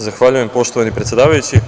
Zahvaljujem, poštovani predsedavajući.